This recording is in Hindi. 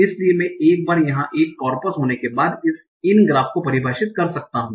इसलिए मैं एक बार यहां एक कॉर्पस होने के बाद इन ग्राफ को परिभाषित कर सकता हूं